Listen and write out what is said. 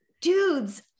dudes